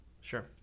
Sure